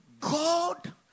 God